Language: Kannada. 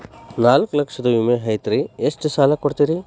ನಾಲ್ಕು ಲಕ್ಷದ ವಿಮೆ ಐತ್ರಿ ಎಷ್ಟ ಸಾಲ ಕೊಡ್ತೇರಿ?